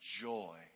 joy